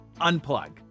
unplug